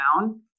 down